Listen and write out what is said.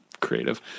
creative